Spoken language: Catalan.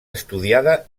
estudiada